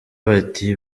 bati